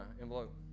envelope